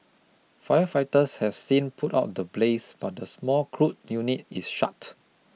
firefighters have since put out the blaze but the small crude unit is shut